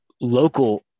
local